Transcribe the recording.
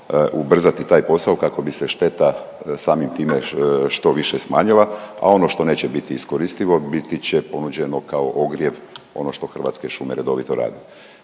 ubrzati taj posao kako bi se šteta samim time što više smanjila, a ono što neće biti iskoristivo biti će ponuđeno kao ogrjev, ono što Hrvatske šume redovito rade.